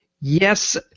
yes